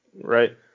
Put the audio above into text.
Right